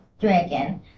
Dragon